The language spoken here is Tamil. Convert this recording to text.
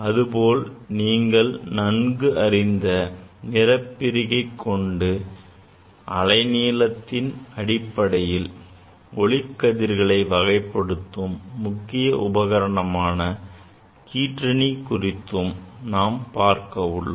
அதேபோல் நீங்கள் நன்கு அறிந்த நிறப்பிரிகை கொண்டு அலைநீளத்தின் அடிப்படையில் ஒளிக்கதிர்களை வகைப்படுத்தும் முக்கிய உபகரணமான கீற்றணி குறித்தும் பார்க்க உள்ளோம்